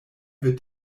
wird